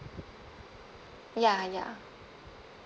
ya ya